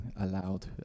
allowed